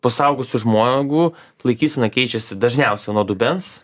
pas suaugusį žmogų laikysena keičiasi dažniausia nuo dubens